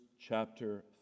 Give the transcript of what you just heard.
chapter